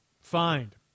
find